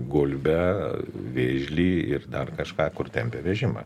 gulbę vėžlį ir dar kažką kur tempia vežimą